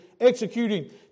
executing